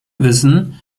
wissen